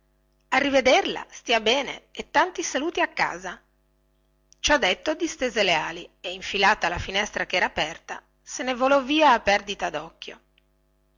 arrivedella stia bene e tanti saluti a casa ciò detto distese le ali e infilata la finestra che era aperta se ne volò via a perdita docchio